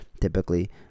typically